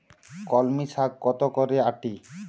কলমি শাখ কত করে আঁটি?